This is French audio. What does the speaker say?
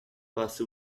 passé